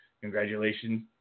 Congratulations